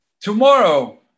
Tomorrow